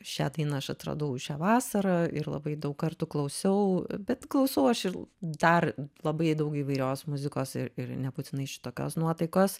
šią dainą aš atradau šią vasarą ir labai daug kartų klausiau bet klausau aš ir dar labai daug įvairios muzikos ir ir nebūtinai šitokios nuotaikos